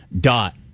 dot